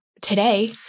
today